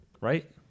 right